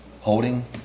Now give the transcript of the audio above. holding